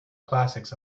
classics